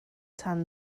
tan